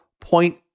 point